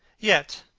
yet,